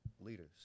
leaders